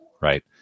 right